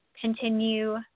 continue